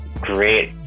great